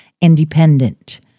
independent